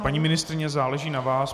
Paní ministryně, záleží na vás.